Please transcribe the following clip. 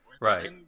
Right